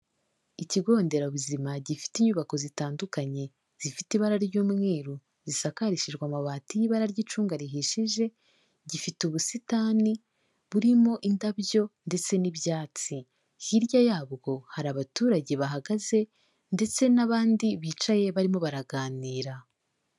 Ikigo nderabuzima gifite inyubako zitandukanye zifite ibara ry'umweru zisakarishijwe amabati y'ibara ry'icunga rihishije, gifite ubusitani burimo indabyo ndetse n'ibyatsi, hirya yabwo hari abaturage bahagaze ndetse n'abandi bicaye barimo baraganira.